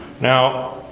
Now